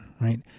right